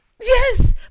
Yes